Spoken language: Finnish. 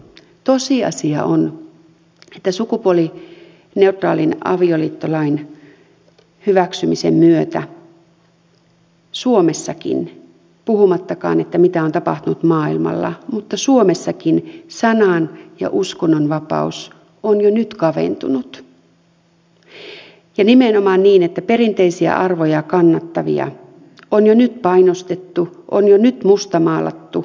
tosiasia on että sukupuolineutraalin avioliittolain hyväksymisen myötä suomessakin puhumattakaan mitä on tapahtunut maailmalla sanan ja uskonnonvapaus on jo nyt kaventunut ja nimenomaan niin että perinteisiä arvoja kannattavia on jo nyt painostettu on jo nyt mustamaalattu